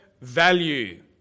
value